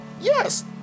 Yes